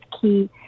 key